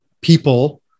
people